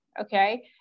okay